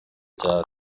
cyane